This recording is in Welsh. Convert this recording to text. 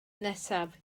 nesaf